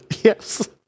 Yes